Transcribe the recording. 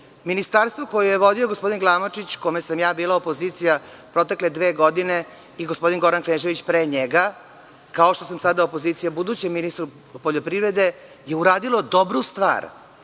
Ministarstvo koje je vodio gospodin Glamočić, kome sam ja bila opozicija protekle dve godine, i gospodine Goran Knežević pre njega, kao što sam sada opozicija budućem ministru poljoprivrede, je uradilo dobru stvar.